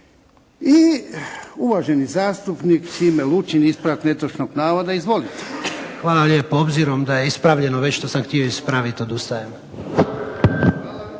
I uvaženi zastupnik Šime Lučin. Ispravak netočnog navoda. Izvolite. **Lučin, Šime (SDP)** Hvala lijepo. S obzirom da je ispravljeno već što sam htio ispraviti odustajem.